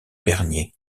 bernier